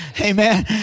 Amen